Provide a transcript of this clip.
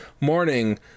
morning